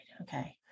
Okay